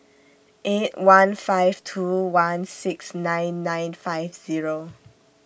eight one five two one six nine nine five Zero